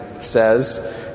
says